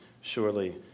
surely